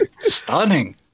Stunning